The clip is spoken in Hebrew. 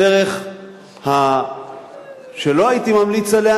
הדרך שלא הייתי ממליץ עליה,